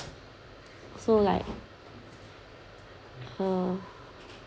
so like uh